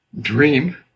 dream